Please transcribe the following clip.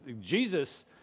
Jesus